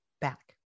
back